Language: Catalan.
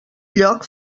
lloc